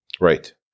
Right